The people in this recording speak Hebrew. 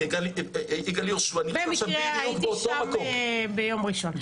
במקרה הייתי שם ביום ראשון.